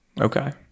Okay